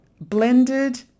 blended